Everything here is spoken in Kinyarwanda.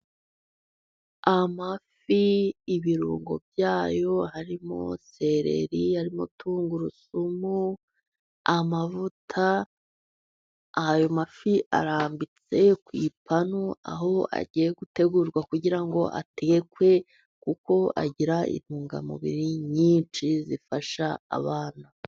Amafi, ibirungo byayo harimo seleri, harimo tungurusumu, amavuta, ayo mafi arambitse ku ipanu aho agiye gutegurwa, kugira ngo atekwe kuko agira intungamubiri nyinshi zifasha abantu.